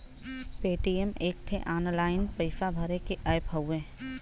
Paytm एक ठे online पइसा भरे के ऐप हउवे